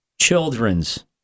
children's